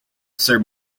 sir